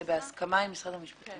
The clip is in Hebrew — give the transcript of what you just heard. זה בהסכמה עם משרד המשפטים.